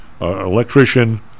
electrician